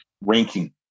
ranking